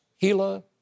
Gila